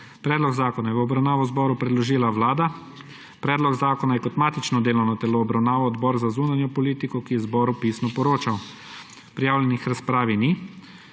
Predlog zakona je v obravnavo zboru predložila Vlada. Predlog zakona je kot matično delovno telo obravnaval Odbor za zunanjo politiko, ki je zboru pisno poročal. Prijavljenih k razpravi ni.